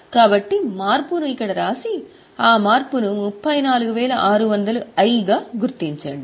కాబట్టి మార్పును ఇక్కడ వ్రాసి ఆ మార్పును 34600 I గా గుర్తించండి